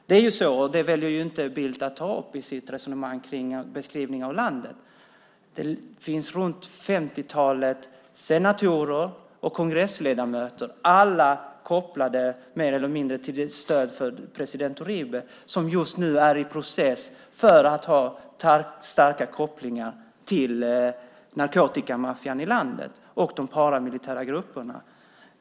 Det är ju så - det väljer inte Bildt att ta upp i sitt resonemang om beskrivningen av landet - att det finns femtiotalet senatorer och kongressledamöter, alla kopplade mer eller mindre till stödet för president Uribe, som just nu är i process för att ha starka kopplingar till narkotikamaffian i landet och de paramilitära grupperna.